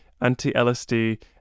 anti-LSD